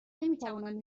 نمیتوانند